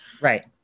Right